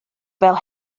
fel